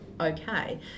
okay